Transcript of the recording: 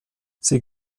sie